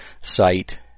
site